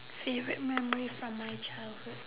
favourite memory from my childhood